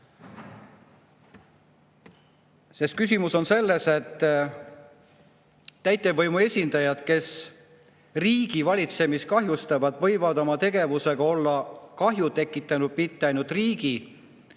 Küsimus on selles, et täitevvõimu esindajad, kes riigivalitsemist kahjustavad, võivad oma tegevusega olla kahju tekitanud mitte ainult riigi,